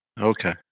Okay